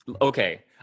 Okay